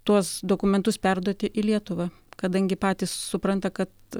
tuos dokumentus perduoti į lietuvą kadangi patys supranta kad